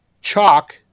chalk